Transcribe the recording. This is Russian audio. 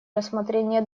рассмотрение